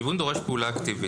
פעולה אקטיבית.